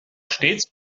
stets